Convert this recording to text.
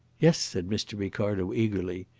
yes, said mr. ricardo eagerly.